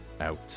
out